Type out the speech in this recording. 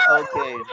okay